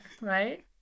right